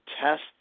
test